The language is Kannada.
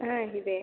ಹಾಂ ಇದೆ